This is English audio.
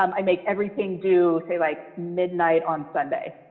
um i make everything due, say like midnight on sunday,